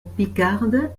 picarde